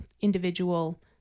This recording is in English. individual